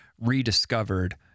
rediscovered